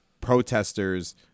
protesters